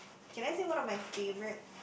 okay let's say one of my favourite